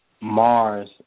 Mars